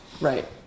Right